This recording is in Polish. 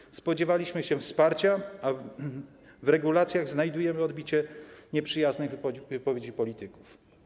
Cytuję: spodziewaliśmy się wsparcia, a w regulacjach znajdujemy odbicie nieprzyjaznych wypowiedzi polityków.